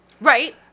Right